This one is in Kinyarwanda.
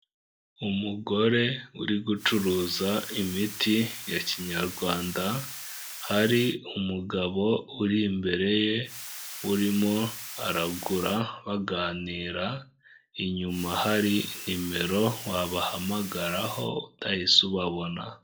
Umugore uri gucuruza imiti ya kinyarwanda, hari umugabo uri imbere ye, urimo aragura baganira, inyuma hari nimero wabahamagaraho utahise ubabona.